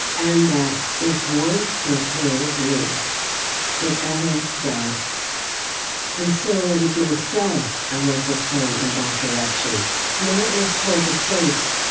and that if once it hailed me it ever does and so it is myself i want to turn in that direction not as towards a place,